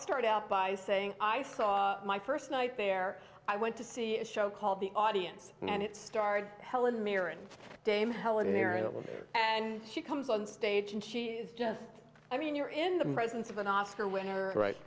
start out by saying i saw my first night there i went to see a show called the audience and it starred helen mirren dame helen mirren and she comes on stage and she just i mean you're in the presence of an oscar winner right